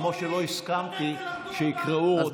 כמו שלא הסכמתי שיקראו "רוצח" לראש הממשלה.